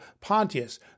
Pontius